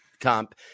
comp